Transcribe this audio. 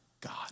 God